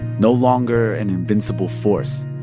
no longer an invincible force.